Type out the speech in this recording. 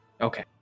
Okay